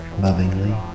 lovingly